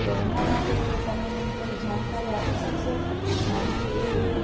તો એના માટે તમે મને થોડીક જાણકારી આપી શકશો કારણ કે એ